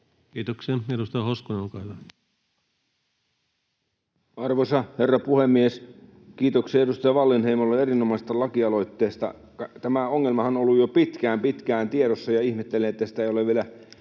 muuttamisesta Time: 17:58 Content: Arvoisa herra puhemies! Kiitoksia edustaja Wallinheimolle erinomaisesta lakialoitteesta. Tämä ongelmahan on ollut jo pitkään, pitkään tiedossa, ja ihmettelen, että sitä ei ole vielä